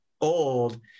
old